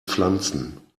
pflanzen